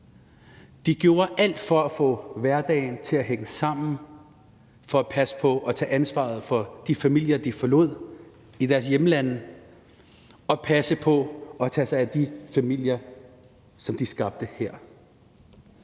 De gjorde alt for at få hverdagen til at hænge sammen, for at passe på og tage ansvaret for de familier, de forlod i deres hjemlande, og passe på og tage sig af de familier, som de skabte her.